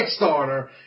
Kickstarter